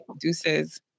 Deuces